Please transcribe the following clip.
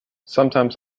sometimes